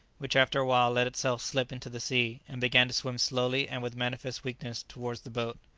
which after a while let itself slip into the sea, and began to swim slowly and with manifest weakness towards the boat.